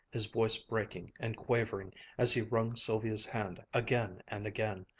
his voice breaking and quavering as he wrung sylvia's hand again and again.